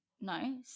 no